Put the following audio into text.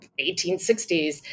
1860s